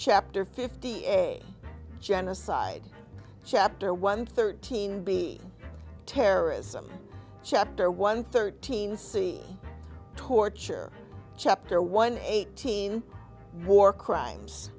chapter fifty eight genocide chapter one thirteen b terrorism chapter one thirteen see torture chapter one eighteen war crimes